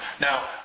Now